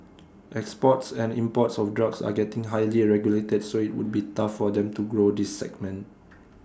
exports and imports of drugs are getting highly A regulated so IT would be tough for them to grow this segment